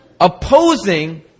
opposing